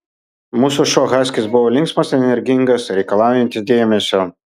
mūsų šuo haskis buvo linksmas energingas reikalaujantis dėmesio